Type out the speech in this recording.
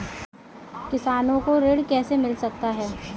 किसानों को ऋण कैसे मिल सकता है?